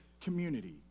community